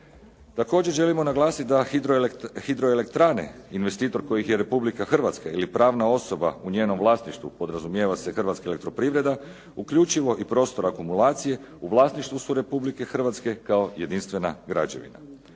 Također želimo naglasiti da hidroelektrane investitor kojih je RH ili pravna osoba u njenom vlasništvu podrazumijeva se Hrvatska elektroprivreda uključivo i prostor akumulacije u vlasništvu su RH kao jedinstvena građevina.